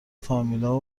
فامیلها